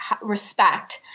respect